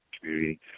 community